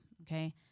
okay